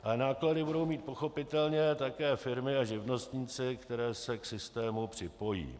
Ale náklady budou mít pochopitelně také firmy a živnostníci, kteří se k systému připojí.